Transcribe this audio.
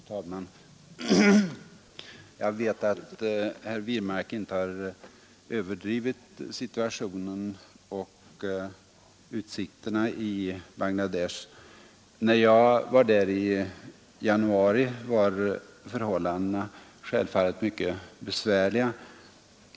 Fru talman! Jag vet att herr Wirmark inte överdrivit situationen och utsikterna i Bangladesh. När jag var där i januari var förhållandena självfallet mycket besvärliga.